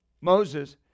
Moses